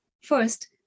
First